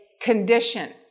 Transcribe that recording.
condition